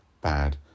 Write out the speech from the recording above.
bad